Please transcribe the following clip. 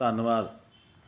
ਧੰਨਵਾਦ